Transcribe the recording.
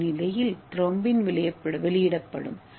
ஏ முன்னிலையில் த்ரோம்பின் வெளியிடப்படும்